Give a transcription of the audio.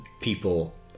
people